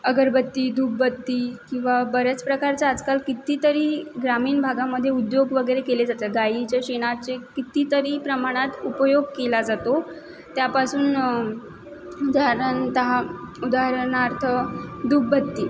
अगरबत्ती धूपबत्ती किंवा बऱ्याच प्रकारचं आजकाल कित्तीतरी ग्रामीण भागामधे उद्योग वगैरे केले जातात गाईच्या शेणाचे कित्तीतरी प्रमाणात उपयोग केला जातो त्यापासून उदारनत उदाहरणार्थ धूपबत्ती